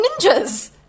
ninjas